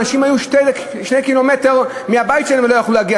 אנשים היו 2 קילומטר מהבית שלהם ולא יכלו להגיע.